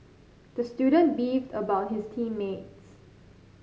the student beefed about his team mates